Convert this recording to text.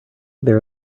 there